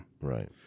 Right